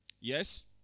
Yes